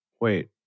Wait